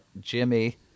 Jimmy